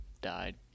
died